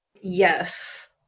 Yes